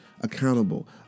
accountable